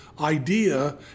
idea